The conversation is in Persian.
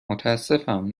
متاسفم